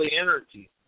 energy